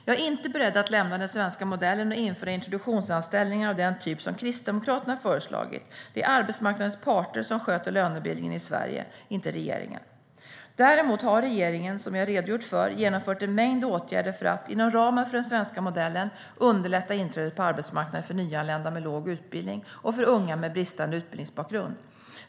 Jag är inte beredd att lämna den svenska modellen och införa introduktionsanställningar av den typ som Kristdemokraterna föreslagit. Det är arbetsmarknadens parter som sköter lönebildningen i Sverige, inte regeringen. Däremot har regeringen, som jag redogjort för, genomfört en mängd åtgärder för att inom ramen för den svenska modellen underlätta inträdet på arbetsmarknaden för nyanlända med låg utbildning och unga med bristande utbildningsbakgrund.